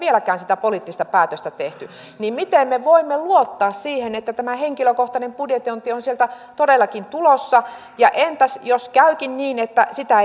vieläkään sitä poliittista päätöstä tehty niin miten me voimme luottaa siihen että tämä henkilökohtainen budjetointi on sieltä todellakin tulossa ja entäs jos käykin niin että sitä